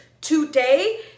today